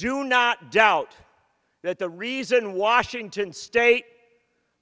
do not doubt that the reason washington state